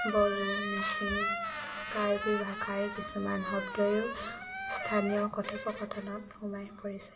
বড়ো মিচিং কাৰ্বি ভাষাৰ কিছুমান শব্দও স্থানীয় কথোপকথনত সোমাই পৰিছে